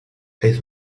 his